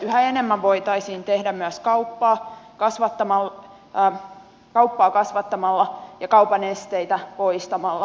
yhä enemmän voitaisiin tehdä myös kauppaa kasvattamalla ja kaupan esteitä poistamalla